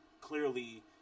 clearly